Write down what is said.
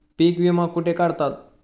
पीक विमा कुठे काढतात?